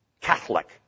Catholic